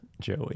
Joey